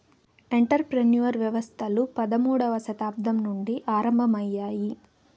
enter ప్రెన్యూర్ వ్యవస్థలు పదమూడవ శతాబ్దం నుండి ఆరంభమయ్యాయి